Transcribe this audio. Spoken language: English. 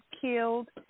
killed